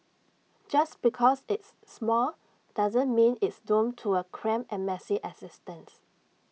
just because it's small doesn't mean it's doomed to A cramped and messy existence